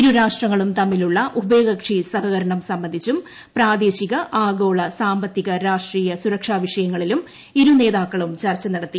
ഇരുരാഷ്ട്രങ്ങളും തമ്മിലുള്ള ഉഭയകക്ഷി സഹകരണം സംബന്ധിച്ചും പ്രാദേശിക ആഗോള സാമ്പത്തിക രാഷ്ട്രീയ സുരക്ഷ വിഷയങ്ങളിലും ഇരുനേതാക്കളും ചർച്ച നടത്തി